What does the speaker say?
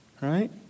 right